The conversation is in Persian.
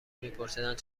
میپرسیدند